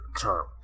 term